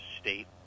state